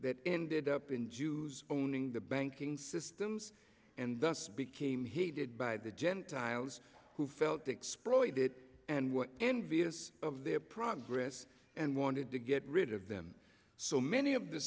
that ended up in jews owning the banking systems and thus became heeded by the gentiles who felt exploited and were envious of their progress and wanted to get rid of them so many of the